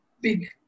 big